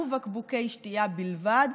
ובקבוקי שתייה בלבד,